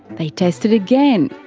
they tested again.